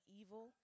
evil